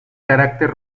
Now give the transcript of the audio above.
carácter